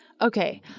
Okay